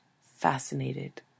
fascinated